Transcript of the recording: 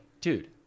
dude